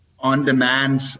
on-demand